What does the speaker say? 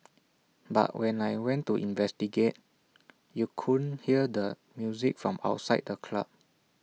but when I went to investigate you couldn't hear the music from outside the club